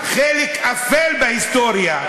וזה גם חלק אפל בהיסטוריה,